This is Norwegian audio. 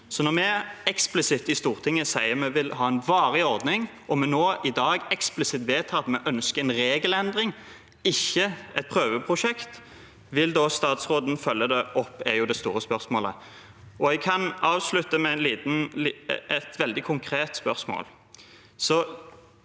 Når vi eksplisitt i Stortinget sier at vi vil ha en varig ordning, og når vi i dag eksplisitt vedtar at vi ønsker en regelendring og ikke et prøveprosjekt – vil da statsråden følge det opp? Det er det store spørsmålet. Jeg kan avslutte med et veldig konkret spørsmål: